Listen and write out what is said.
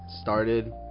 started